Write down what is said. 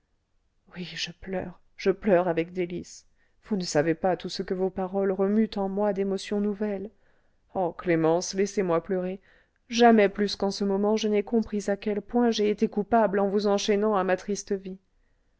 oui je pleure je pleure avec délices vous ne savez pas tout ce que vos paroles remuent en mois d'émotions nouvelles oh clémence laissez-moi pleurer jamais plus qu'en ce moment je n'ai compris à quel point j'ai été coupable en vous enchaînant à ma triste vie